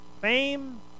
Fame